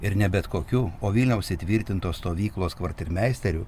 ir ne bet kokiu o vilniaus įtvirtintos stovyklos kvartirmeisteriu